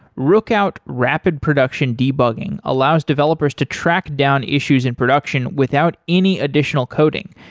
rookout rapid production debugging allows developers to track down issues in production without any additional coding.